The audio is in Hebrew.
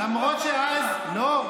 לא.